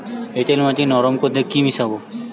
এঁটেল মাটি নরম করতে কি মিশাব?